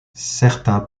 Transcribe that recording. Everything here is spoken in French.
certains